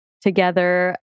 together